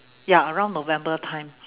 ya around november time